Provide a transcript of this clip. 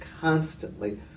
constantly